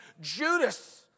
Judas